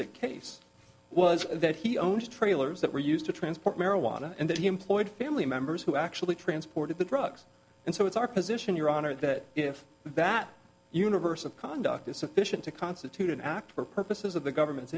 c case was that he owns trailers that were used to transport marijuana and that he employed family members who actually transported the drugs and so it's our position your honor that if that universe of conduct is sufficient to constitute an act for purposes of the government's